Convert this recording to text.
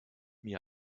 mir